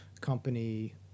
company